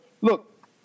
look